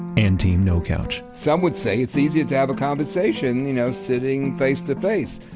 and team no couch some would say it's easier to have a conversation you know sitting face-to-face.